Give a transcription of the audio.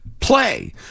Play